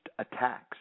Attacks